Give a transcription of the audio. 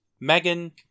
Megan